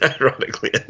Ironically